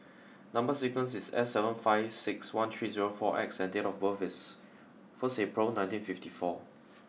number sequence is S seven five six one three zero four X and date of birth is first April nineteen fifty four